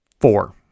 Four